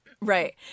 Right